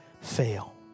fail